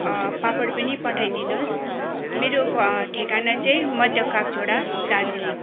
पापड पनि पठाइदिनुहोस् मेरो ठेगाना चाहिँ मध्य कागझोडा दार्जिलिङ